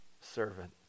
servant